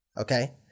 Okay